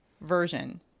version